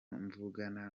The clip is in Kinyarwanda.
mvugana